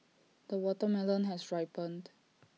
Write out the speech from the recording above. the watermelon has ripened